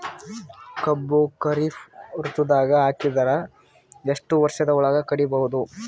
ಕಬ್ಬು ಖರೀಫ್ ಋತುದಾಗ ಹಾಕಿದರ ಎಷ್ಟ ವರ್ಷದ ಒಳಗ ಕಡಿಬಹುದು?